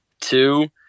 Two